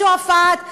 ולא לשועפאט,